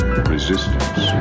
Resistance